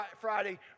Friday